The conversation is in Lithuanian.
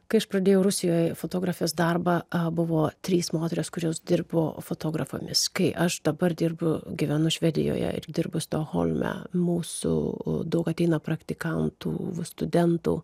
kai aš pradėjau rusijoj fotografės darbą buvo trys moterys kurios dirbo fotografiomis kai aš dabar dirbu gyvenu švedijoje ir dirbu stokholme mūsų daug ateina praktikantų studentų